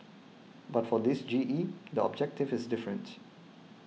but for this G E the objective is different